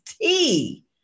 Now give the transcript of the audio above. tea